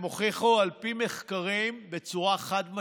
הם הוכיחו, על פי מחקרים, בצורה חד-משמעית,